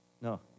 No